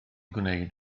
gwneud